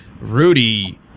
Rudy